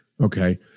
Okay